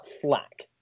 flack